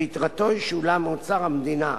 ויתרתו תשולם מאוצר המדינה.